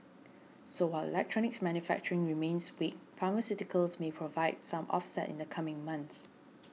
so while electronics manufacturing remains weak pharmaceuticals may provide some offset in the coming months